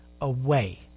away